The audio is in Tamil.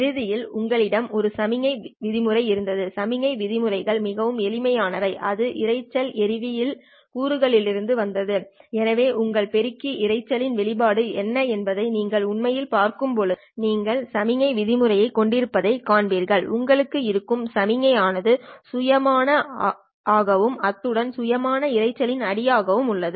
இறுதியாக உங்களிடம் ஒரு சமிக்ஞை விதிமுறை இருந்தது சமிக்ஞை விதிமுறைகள் மிகவும் எளிமையானவை அது இரைச்சல் எறிவுவின் கூறுகளிலிருந்து வந்தது எனவே உங்கள் பெருக்கி இரைச்சலின் வெளியீடு என்ன என்பதை நீங்கள் உண்மையில் பார்க்கும்போது நீங்கள் சமிக்ஞை விதிமுறையை கொண்டிருப்பதைக் காண்பீர்கள் உங்களுக்கு இருக்கும் சமிக்ஞை ஆனது சுயமான ஆகவும் அத்துடன் சுயமான இரைச்சல்யின் அடி ஆகவும் உள்ளது